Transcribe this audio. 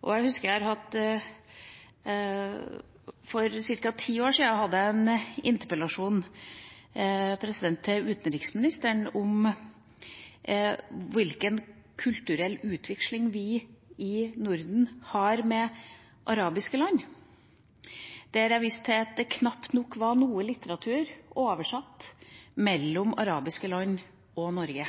Jeg husker at jeg for ca. ti år siden hadde en interpellasjon til utenriksministeren om hvilken kulturell utveksling vi i Norden har med arabiske land, der jeg viste til at det knapt var noe litteratur oversatt mellom arabiske land og Norge.